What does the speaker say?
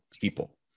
people